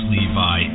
Levi